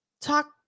talk